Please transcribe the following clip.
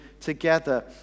together